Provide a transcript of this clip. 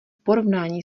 porovnání